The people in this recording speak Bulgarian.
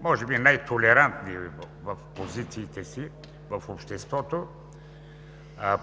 може би най-толерантни в позициите си в обществото,